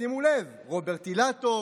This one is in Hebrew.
שימו לב: רוברט אילטוב,